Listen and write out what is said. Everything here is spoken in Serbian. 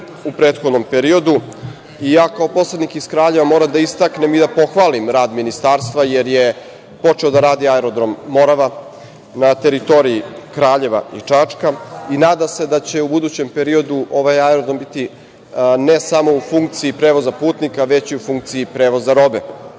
u prethodnom periodu i ja kao poslanik iz Kraljeva moram da istaknem i da pohvalim rad Ministarstva, jer je počeo da radi Aerodrom Morava na teritoriji Kraljeva i Čačka i nadam se da će u budućem periodu ovaj aerodrom biti ne samo u funkciji prevoza putnika, već i u funkciji prevoza robe.Za